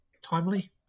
Timely